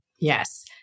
Yes